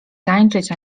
tańczyć